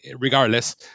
regardless